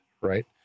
right